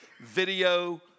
video